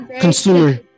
consumer